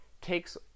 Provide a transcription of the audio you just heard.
takes